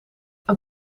een